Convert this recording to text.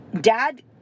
Dad